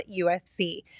UFC